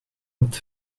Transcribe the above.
met